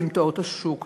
וסמטאות השוק הצבעוני,